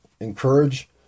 encourage